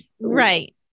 right